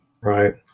Right